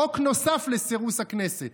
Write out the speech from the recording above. חוק נוסף לסירוס הכנסת,